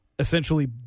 Essentially